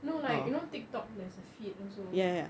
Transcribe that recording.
no lah like you know TikTok there is a feed also